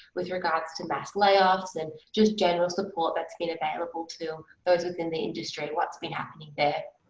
with regards to mass layoffs and just general support that's been available to those within the industry, what's been happening there?